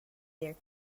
their